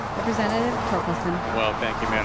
representative torkelson we ll thank you mme. and